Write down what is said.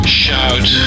shout